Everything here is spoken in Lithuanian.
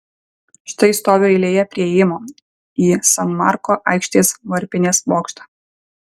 štai stoviu eilėje prie įėjimo į san marko aikštės varpinės bokštą